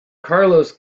carlos